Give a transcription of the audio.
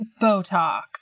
Botox